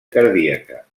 cardíaca